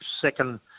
second